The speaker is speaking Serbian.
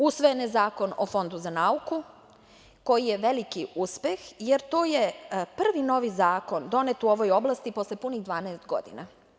Usvojen je Zakon o Fondu za nauku, koji je veliki uspeh, jer to je prvi novi zakon donet u ovoj oblasti posle punih 12 godina.